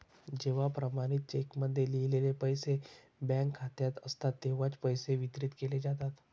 जेव्हा प्रमाणित चेकमध्ये लिहिलेले पैसे बँक खात्यात असतात तेव्हाच पैसे वितरित केले जातात